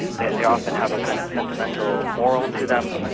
that they often have a kind of sentimental moral to them.